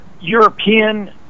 European